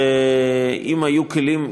ואם היו כלים,